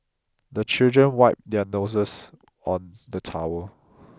the children wipe their noses on the towel